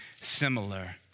similar